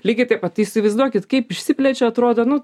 lygiai taip pat įsivaizduokit kaip išsiplečia atrodo nu